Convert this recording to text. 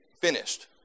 finished